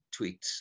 tweets